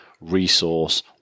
resource